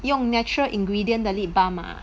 用 natural ingredient 的 lip balm ah